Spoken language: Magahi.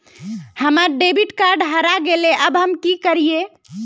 हमर डेबिट कार्ड हरा गेले अब हम की करिये?